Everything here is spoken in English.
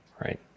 Right